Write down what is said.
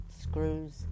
screws